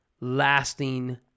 lasting